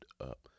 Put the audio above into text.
up